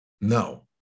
No